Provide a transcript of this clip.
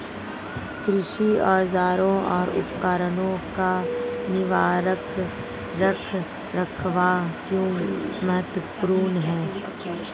कृषि औजारों और उपकरणों का निवारक रख रखाव क्यों महत्वपूर्ण है?